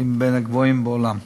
היא מבין הגבוהות בעולם.